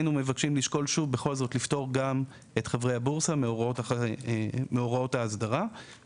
היינו מבקשים לשקול שוב לפטור גם את חברי הבורסה מהוראות ההסדרה,